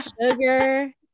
Sugar